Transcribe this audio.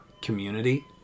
community